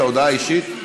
את ההודעה האישית?